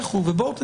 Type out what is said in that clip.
לכו על זה.